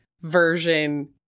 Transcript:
version